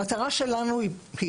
המטרה שלנו היא